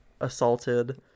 assaulted